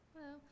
Hello